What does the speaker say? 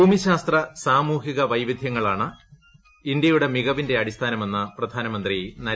ഭൂമിശാസ്ത്ര സാമൂഹിക വൈവിധൃങ്ങളാണ് ഇന്ത്യയുടെ മികവിന്റെ അടിസ്ഥാനമെന്ന് പ്രധാനമന്ത്രി നരേന്ദ്രമോദി